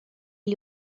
est